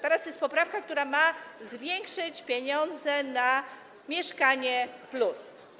Teraz jest omawiana poprawka, która ma zwiększyć pieniądze na „Mieszkanie+”